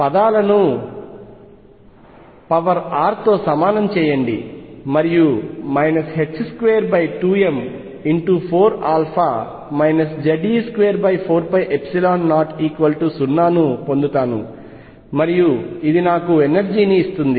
పదాలను power r తో సమానం చేయండి మరియు 22m4α Ze24π00 ను పొందుతాను మరియు ఇది నాకు ఎనర్జీ ని ఇస్తుంది